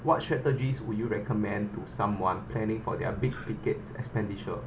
what strategies would you recommend to someone planning for their big ticket expenditure